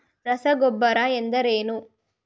ರಸಗೊಬ್ಬರ ಎಂದರೇನು?